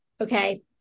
okay